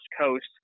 coast